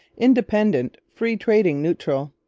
independent, free-trading neutral.